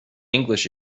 english